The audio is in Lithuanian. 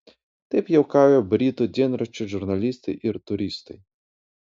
taip juokauja britų dienraščio žurnalistai ir turistai